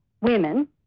women